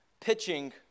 Pitching